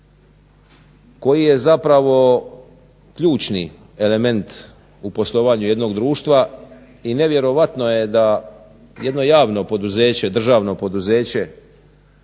koji je zapravo ključni element u poslovanju jednog društva i nevjerovatno je da jedno javno poduzeće, državno poduzeće